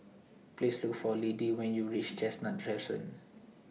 Please Look For Liddie when YOU REACH Chestnut Crescent